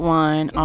one